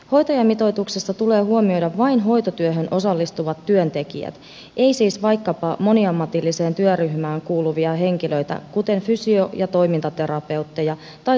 hoitajamitoituksessa tulee huomioida vain hoitotyöhön osallistuvat työntekijät ei siis vaikkapa moniammatilliseen työryhmään kuuluvia henkilöitä kuten fysio ja toimintaterapeutteja tai sosiaalityöntekijöitä